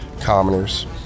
commoners